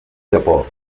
japó